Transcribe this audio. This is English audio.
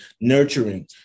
nurturing